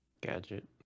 Gadget